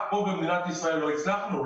רק כאן במדינת ישראל לא הצלחנו.